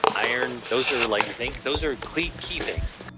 iron, those are like zinc, those are key key things